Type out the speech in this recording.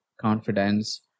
confidence